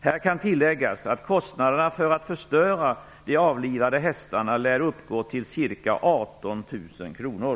Här kan tilläggas att kostnaderna för att förstöra de avlivade hästarna lär uppgå till ca 18 000 kr.